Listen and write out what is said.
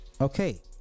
okay